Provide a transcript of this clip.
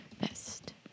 Best